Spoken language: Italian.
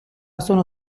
sono